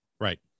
Right